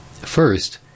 First